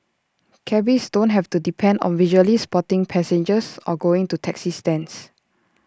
cabbies don't have to depend on visually spotting passengers or going to taxi stands